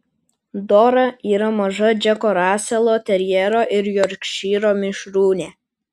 dora yra maža džeko raselo terjero ir jorkšyro mišrūnė